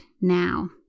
now